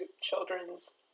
children's